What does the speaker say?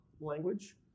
language